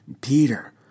Peter